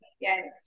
Yes